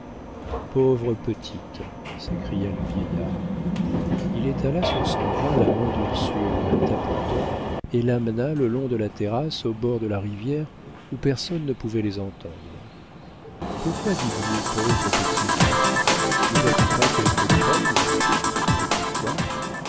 pauvre petite s'écria le vieillard il étala sur son bras la main d'ursule en la tapotant et l'emmena le long de la terrasse au bord de la rivière où personne ne pouvait les entendre pourquoi dites-vous pauvre petite ne vois-tu pas qu'elles te craignent et pourquoi